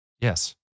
Yes